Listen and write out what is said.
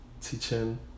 teaching